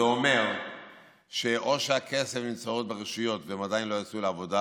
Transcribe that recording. זה אומר שאו שהכסף נמצא עוד ברשויות והן עדיין לא יצאו לעבודה